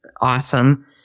awesome